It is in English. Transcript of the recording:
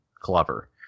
clever